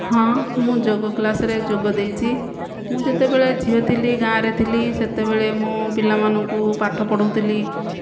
ହଁ ମୁଁ ଯୋଗ କ୍ଲାସ୍ରେ ଯୋଗଦେଇଛି ମୁଁ ଯେତେବେଳେ ଝିଅ ଥିଲି ଗାଁରେ ଥିଲି ସେତେବେଳେ ମୁଁ ପିଲାଙ୍କୁ ପାଠପଢ଼ଉଥିଲି